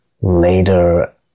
later